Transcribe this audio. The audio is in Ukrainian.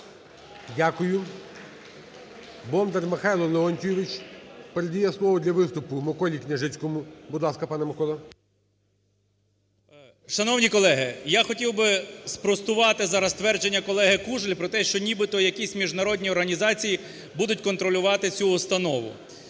Дякую. Бондар Михайло Леонтійович передає слово для виступу Миколі Княжицькому. Будь ласка, пане Миколо. 13:09:45 КНЯЖИЦЬКИЙ М.Л. Шановні колеги! Я хотів би спростувати зараз ствердження колеги Кужель про те, що нібито якісь міжнародні організації будуть контролювати цю установу.